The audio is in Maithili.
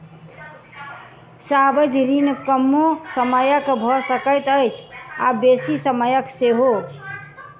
सावधि ऋण कमो समयक भ सकैत अछि आ बेसी समयक सेहो